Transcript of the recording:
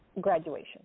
graduation